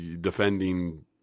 defending